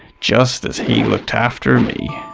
just as he looked after me.